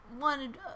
wanted